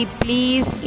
please